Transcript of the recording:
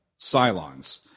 Cylons